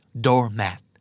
Doormat